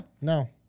No